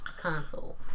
console